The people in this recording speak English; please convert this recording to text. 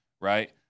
right